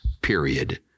period